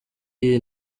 iyi